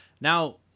now